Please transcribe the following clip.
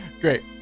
Great